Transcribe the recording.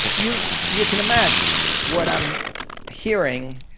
you you can imagine what i'm hearing.